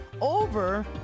over